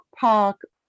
park